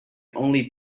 only